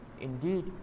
Indeed